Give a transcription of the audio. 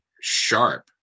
sharp